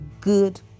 good